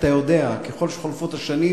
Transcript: אתה יודע, ככל שחולפות השנים,